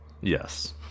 Yes